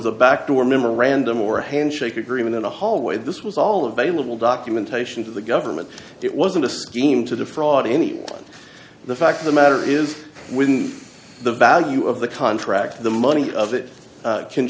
a backdoor memorandum or a handshake agreement in a hallway this was all of a little documentation to the government it wasn't a scheme to defraud any of the facts of the matter is within the value of the contract the money of it can